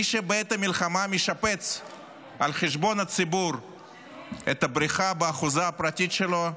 מי שבעת המלחמה משפץ על חשבון הציבור את הבריכה באחוזה הפרטית שלו,